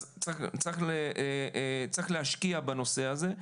צריך להשקיע בנושא הזה.